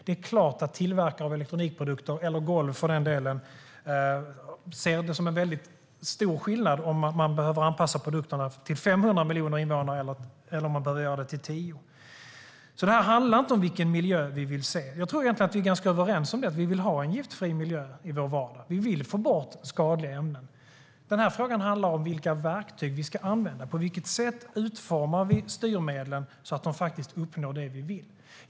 Det är klart att en tillverkare av elektronikprodukter eller golv ser det som en stor skillnad om man behöver anpassa sina produkter till 500 miljoner invånare eller om man behöver anpassa dem till 10 miljoner. Det handlar inte om vilken miljö som vi vill se. Jag tror att vi egentligen är ganska överens om att vi vill ha en giftfri miljö i vår vardag. Vi vill få bort skadliga ämnen. Frågan handlar om vilka verktyg som man ska använda och på vilket sätt vi ska utforma styrmedlen så att vi uppnår det som vi vill uppnå.